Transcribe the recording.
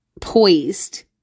poised